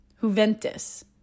Juventus